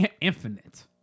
infinite